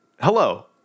Hello